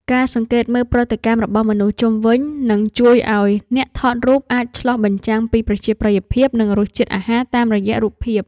ការសង្កេតមើលប្រតិកម្មរបស់មនុស្សជុំវិញ នឹងជួយឱ្យអ្នកថតរូបអាចឆ្លុះបញ្ចាំងពីប្រជាប្រិយភាព និងរសជាតិអាហារតាមរយៈរូបភាព។